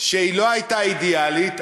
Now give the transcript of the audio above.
שהיא לא הייתה אידיאלית,